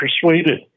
persuaded